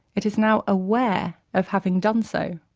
it is now aware of having done so.